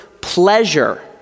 pleasure